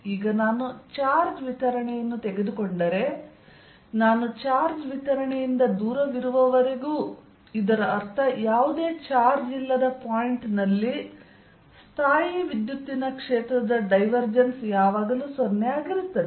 ಈಗ ನಾನು ಚಾರ್ಜ್ ವಿತರಣೆಯನ್ನು ತೆಗೆದುಕೊಂಡರೆ ನಾನು ಚಾರ್ಜ್ ವಿತರಣೆಯಿಂದ ದೂರವಿರುವವರೆಗೂ ಇದರರ್ಥ ಯಾವುದೇ ಚಾರ್ಜ್ ಇಲ್ಲದ ಪಾಯಿಂಟ್ ನಲ್ಲಿ ಸ್ಥಾಯೀವಿದ್ಯುತ್ತಿನ ಕ್ಷೇತ್ರದ ಡೈವರ್ಜೆನ್ಸ್ ಯಾವಾಗಲೂ 0 ಆಗಿರುತ್ತದೆ